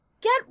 get